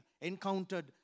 encountered